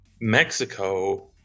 Mexico